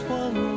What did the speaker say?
one